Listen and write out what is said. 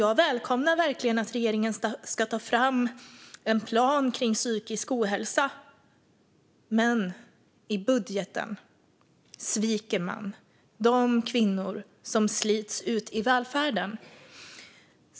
Jag välkomnar verkligen att regeringen ska ta fram en plan kring psykisk ohälsa, men i budgeten sviker man de kvinnor som slits ut i välfärden.